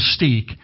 Mystique